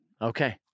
Okay